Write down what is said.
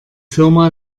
firma